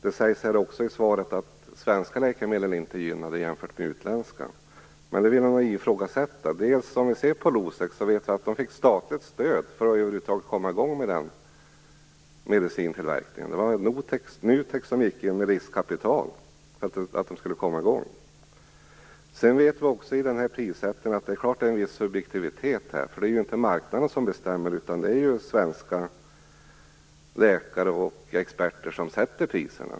Det sägs också i svaret att svenska läkemedel inte är gynnade jämfört med utländska. Men det vill jag ifrågasätta. Företaget fick t.ex. statligt stöd för att över huvud taget komma i gång med tillverkningen av Losec. Det var NUTEK som gick in med riskkapital för att detta skulle komma i gång. Sedan vet vi också att det finns en viss subjektivitet i prissättningen. Det är ju inte marknaden som bestämmer, utan det är svenska läkare och experter som sätter priserna.